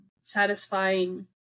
satisfying